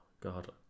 God